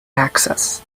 access